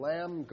Lamb